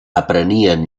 aprenien